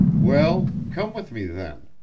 well, come with me, then,